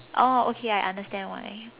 oh okay I understand why